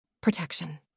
Protection